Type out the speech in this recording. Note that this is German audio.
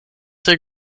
der